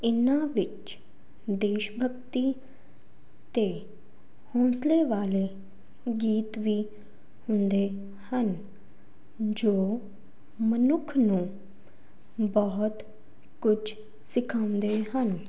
ਇਨ੍ਹਾਂ ਵਿੱਚ ਦੇਸ਼ ਭਗਤੀ ਅਤੇ ਹੌਂਸਲੇ ਵਾਲੇ ਗੀਤ ਵੀ ਹੁੰਦੇ ਹਨ ਜੋ ਮਨੁੱਖ ਨੂੰ ਬਹੁਤ ਕੁਛ ਸਿਖਾਉਂਦੇ ਹਨ